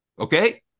okay